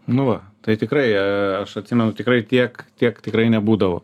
nu va tai tikrai aš atsimenu tikrai tiek tiek tikrai nebūdavo